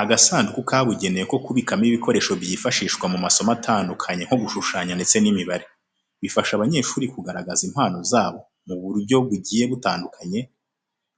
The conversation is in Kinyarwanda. Agasanduku kabugenewe ko kubikamo ibikoresho byifashishwa mu masomo atandukanye nko gushushanya ndetse n'imibare. Bifasha abanyeshuri kugaragaza impano zabo mu buryo bugiye butandukanye,